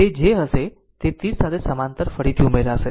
ત્યાં જે હશે તે 30 સાથે સમાંતર ફરીથી ઉમેરાશે